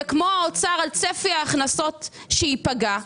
כמו האוצר על צפי ההכנסות שייפגע,